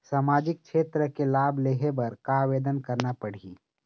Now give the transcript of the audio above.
सामाजिक क्षेत्र के लाभ लेहे बर का आवेदन करना पड़ही?